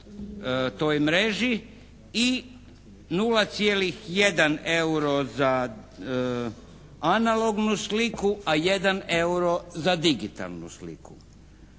toj mreži i 0,1 EURO za analognu sliku, a 1 EURO za digitalnu sliku.